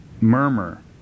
murmur